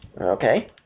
Okay